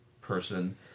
person